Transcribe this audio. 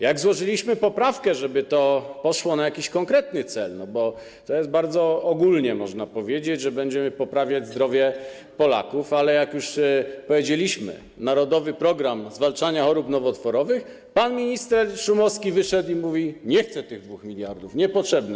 Jak złożyliśmy poprawkę, żeby to poszło na jakiś konkretny cel, bo bardzo ogólnie można powiedzieć, że będziemy poprawiać zdrowie Polaków, ale jak powiedzieliśmy: „Narodowy program zwalczania chorób nowotworowych”, to pan minister Szumowski wyszedł i mówi: Nie chcę tych 2 mld zł, nie są mi potrzebne.